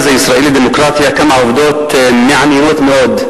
הישראלי לדמוקרטיה כמה עובדות מעניינות מאוד,